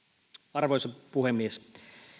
arvoisa puhemies